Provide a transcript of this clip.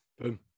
boom